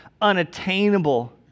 unattainable